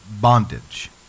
bondage